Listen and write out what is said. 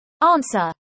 Answer